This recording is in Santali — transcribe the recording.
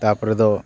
ᱛᱟᱯᱚᱨᱮ ᱫᱚ